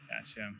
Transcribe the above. Gotcha